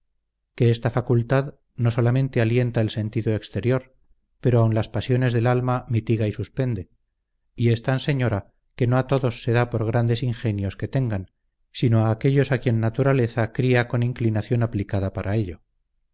que esta facultad no solamente alienta el sentido exterior pero aun las pasiones del alma mitiga y suspende y es tan señora que no a todos se da por grandes ingenios que tengan sino a aquellos a quien naturaleza cría con inclinación aplicada para ello